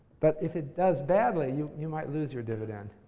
but if it does badly, you you might lose your dividend